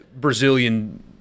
Brazilian